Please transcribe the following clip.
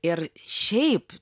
ir šiaip